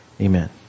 amen